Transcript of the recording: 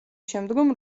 შემდგომ